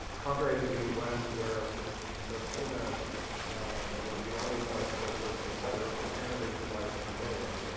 contrary to the us where messina was the only site for first day covers, in canada you could buy the stamps anywhere.